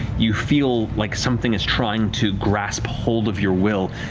you feel like something is trying to grasp hold of your will,